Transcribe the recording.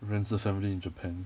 rents a family in japan